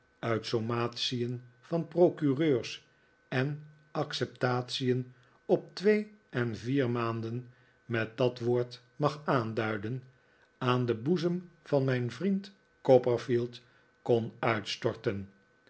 uit sammatien van procureurs en acceptation op twee en vier maanden met dat woord mag aanduiden aan den boezem van mijn vriend copperfield kon uitstorten